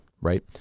Right